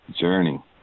journey